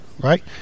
right